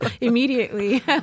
immediately